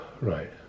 Right